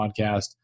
Podcast